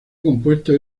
compuesto